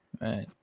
Right